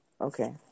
Okay